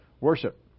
worship